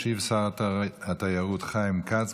ישיב שר התיירות חיים כץ,